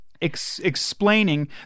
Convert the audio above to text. explaining